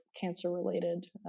cancer-related